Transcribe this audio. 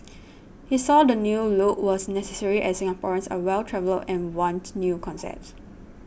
he says the new look was necessary as Singaporeans are well travelled and want new concepts